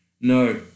no